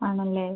ആണല്ലേ